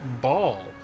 ball